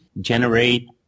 generate